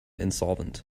insolvent